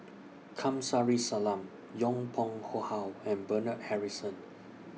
Kamsari Salam Yong Pung How and Bernard Harrison